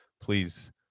please